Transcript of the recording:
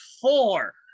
four